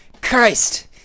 Christ